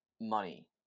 money